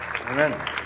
Amen